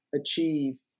achieve